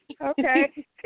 Okay